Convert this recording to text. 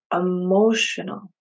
emotional